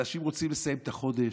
אנשים רוצים לסיים את החודש,